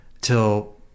till